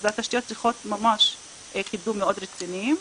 אז התשתיות צריכות ממש קידום מאוד רציני.